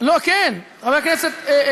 המדינה לא, לא, כן, חבר הכנסת אלאלוף,